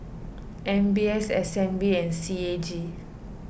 M B S S N B and C A G